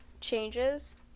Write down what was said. changes